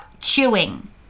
chewing